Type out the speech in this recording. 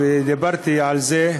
ודיברתי על זה,